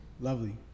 lovely